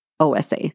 OSA